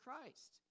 Christ